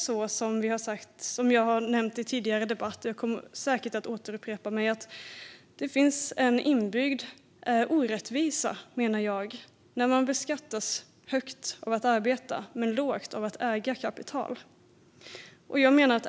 Som jag nämnt i tidigare debatter - jag kommer säkert att upprepa mig - finns det en inbyggd orättvisa, menar jag, när man beskattas högt av att arbeta men lågt av att äga kapital.